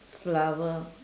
flower